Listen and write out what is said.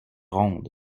ronde